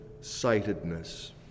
sightedness